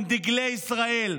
עם דגלי ישראל.